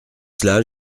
cela